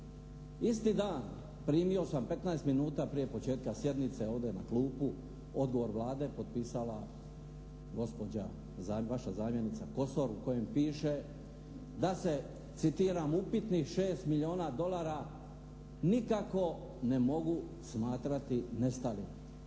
Isti dan primio sam 15 minuta prije početka sjednice ovdje na klupu odgovor Vlade, potpisala gospođa vaša zamjenica Kosor, u kojem piše da se citiram: "… upitnih 6 milijuna dolara nikako ne mogu smatrati nestalim".